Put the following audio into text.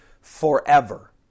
forever